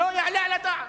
לא יעלה על הדעת.